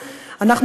הביטחון,